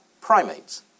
primates